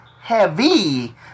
heavy